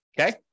okay